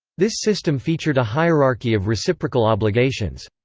this system featured a hierarchy of reciprocal obligations.